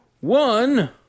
one